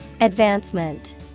Advancement